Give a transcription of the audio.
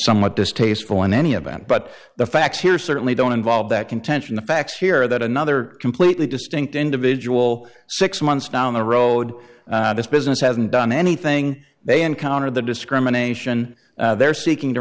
somewhat distasteful in any event but the facts here certainly don't involve that contention the facts here that another completely distinct individual six months down the road this business hasn't done anything they encountered the discrimination they're seeking to